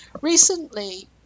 Recently